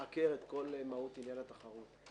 מעקר את כל מהות עניין התחרות.